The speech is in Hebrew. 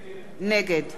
דניאל בן-סימון,